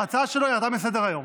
ההצעה שלו ירדה מסדר-היום.